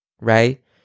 right